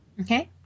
Okay